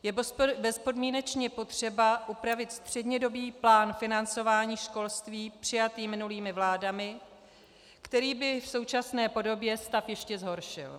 Je bezpodmínečně potřeba upravit střednědobý plán financování školství přijatý minulými vládami, který by v současné podobě stav ještě zhoršil.